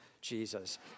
Jesus